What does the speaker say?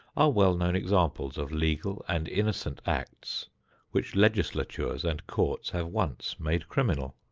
are well-known examples of legal and innocent acts which legislatures and courts have once made criminal.